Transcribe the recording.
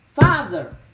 Father